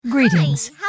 Greetings